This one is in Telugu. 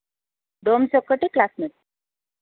డోమ్స్ ఒకటి క్లాస్మెట్